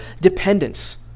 dependence